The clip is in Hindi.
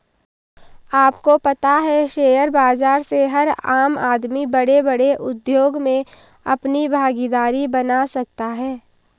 आपको पता है शेयर बाज़ार से हर आम आदमी बडे़ बडे़ उद्योग मे अपनी भागिदारी बना सकता है?